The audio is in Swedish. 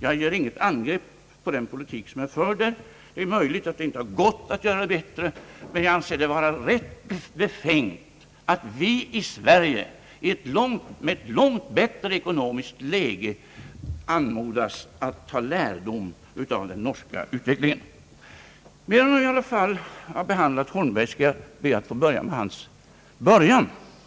jag gör inte något angrepp mot den politik som förs där det är möjligt att det inte har gått att göra bättre — men jag anser det rätt befängt att vi i Sverige med ett mycket bättre ekonomiskt läge anmodas att ta lärdom av den norska utvecklingen. När jag nu i alla fall bemöter herr Holmberg vill jag gärna börja från början.